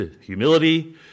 humility